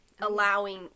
allowing